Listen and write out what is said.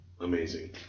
amazing